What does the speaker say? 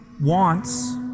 wants